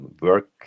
work